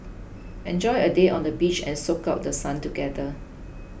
enjoy a day on the beach and soak up The Sun together